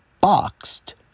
boxed